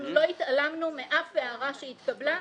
אנחנו לא התעלמנו מאף הערה שהתקבלה,